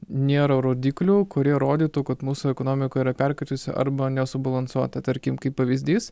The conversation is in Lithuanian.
nėra rodiklių kurie rodytų kad mūsų ekonomika yra perkaitusi arba nesubalansuota tarkim kaip pavyzdys